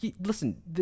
listen